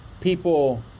people